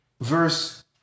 verse